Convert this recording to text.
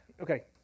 okay